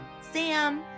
Sam